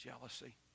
jealousy